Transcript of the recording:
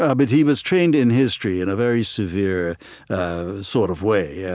ah but he was trained in history in a very severe sort of way, yeah